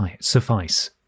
suffice